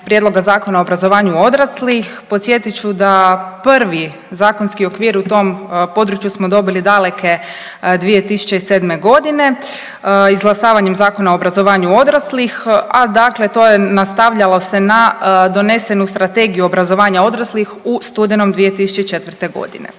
Prijedloga zakona o obrazovanju odraslih, podsjetit ću da prvi zakonski okvir u tom području smo dobili daleke 2007.g. izglasavanjem Zakona o obrazovanju odraslih, a dakle to se nastavljalo na donesenu Strategiju obrazovanja odraslih u studenom 2004.g.